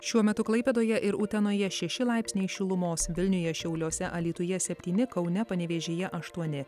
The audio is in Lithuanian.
šiuo metu klaipėdoje ir utenoje šeši laipsniai šilumos vilniuje šiauliuose alytuje septyni kaune panevėžyje aštuoni